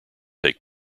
take